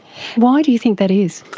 why do you think that is?